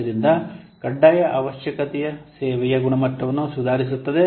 ಆದ್ದರಿಂದ ಕಡ್ಡಾಯ ಅವಶ್ಯಕತೆಯು ಸೇವೆಯ ಗುಣಮಟ್ಟವನ್ನು ಸುಧಾರಿಸುತ್ತದೆ